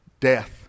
Death